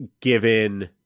given